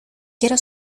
quiero